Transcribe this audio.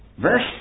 Verse